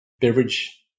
beverage